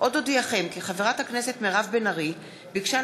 חבר הכנסת מיקי לוי,